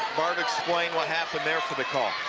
barbara explain what happenedfor the call.